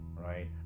right